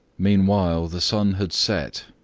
meanwhile the sun had set,